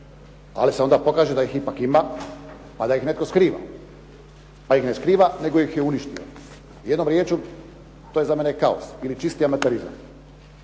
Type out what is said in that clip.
Ali se onda pokaže da ih ipak ima, ali da ih netko skriva. Da ih ne skriva, nego ih je uništio. Jednom rječju, to je za mene kaos ili čisti amaterizam.